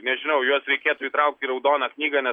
nežinau juos reikėtų įtraukti į raudoną knygą nes